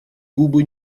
губы